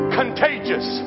contagious